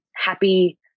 happy